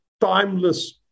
timeless